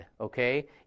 okay